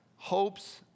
Hopes